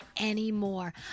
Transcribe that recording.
anymore